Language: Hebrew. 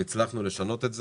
והצלחנו לשנות את זה.